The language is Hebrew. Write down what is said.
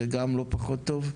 זה גם לא פחות טוב.